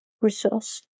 resource